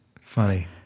Funny